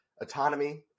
autonomy